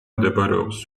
მდებარეობს